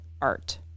Art